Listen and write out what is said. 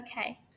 Okay